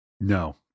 No